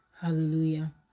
Hallelujah